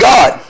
God